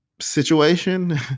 situation